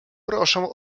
proszę